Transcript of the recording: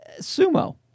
sumo